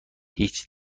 هیچ